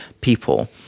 people